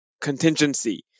contingency